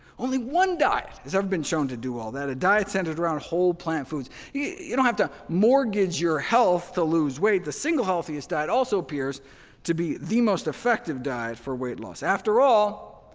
only one diet has ever been shown to do all that a diet centered around whole plant foods. yeah you don't have to mortgage your health to lose weight. the single healthiest diet also appears to be the most effective diet for weight loss. after all,